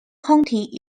county